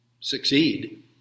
succeed